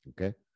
Okay